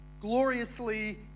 gloriously